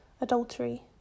adultery